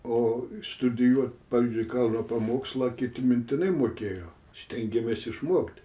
o studijuot pavyzdžiui kalno pamokslą kiti mintinai mokėjo stengėmės išmokt